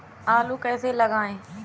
आलू कैसे लगाएँ?